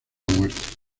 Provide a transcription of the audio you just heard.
muerte